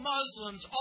Muslims